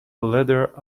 leather